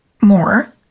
more